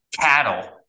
Cattle